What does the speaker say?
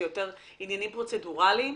זה יותר עניינים פרוצדורליים?